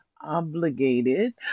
obligated